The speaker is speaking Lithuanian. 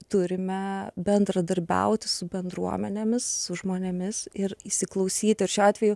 turime bendradarbiauti su bendruomenėmis su žmonėmis ir įsiklausyti ir šiuo atveju